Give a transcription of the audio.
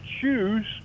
choose